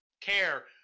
care